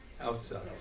Outside